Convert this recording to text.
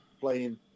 playing